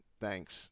thanks